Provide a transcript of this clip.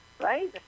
right